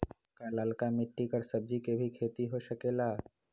का लालका मिट्टी कर सब्जी के भी खेती हो सकेला?